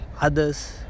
others